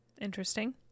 Interesting